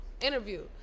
interview